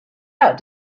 out